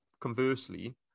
conversely